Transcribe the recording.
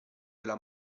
della